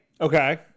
Okay